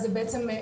אז בעצם,